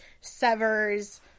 severs